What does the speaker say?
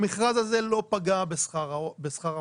המכרז הזה לא פגע בשכר המדריכים.